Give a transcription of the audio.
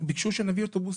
ביקשו שנביא אוטובוסים.